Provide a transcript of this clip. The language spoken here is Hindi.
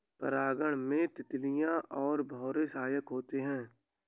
परागण में तितली और भौरे सहायक होते है